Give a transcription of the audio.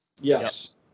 Yes